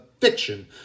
fiction